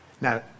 Now